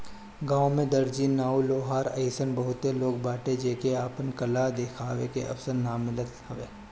गांव में दर्जी, नाऊ, लोहार अइसन बहुते लोग बाटे जेके आपन कला देखावे के अवसर नाइ मिलत हवे